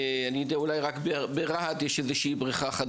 אולי רק ברהט יש איזושהי בריכה.